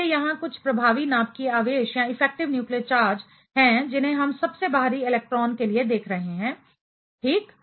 इसलिए यहां कुछ प्रभावी नाभिकीय आवेश इफेक्टिव न्यूक्लियर चार्ज हैं जिन्हें हम सबसे बाहरी इलेक्ट्रॉन के लिए देख रहे हैं ठीक